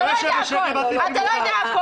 אתה לא יודע הכול, אתה לא יודע הכול.